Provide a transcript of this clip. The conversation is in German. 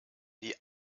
die